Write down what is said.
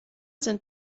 sind